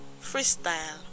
Freestyle